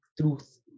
truth